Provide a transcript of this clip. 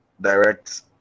direct